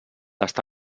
està